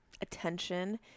attention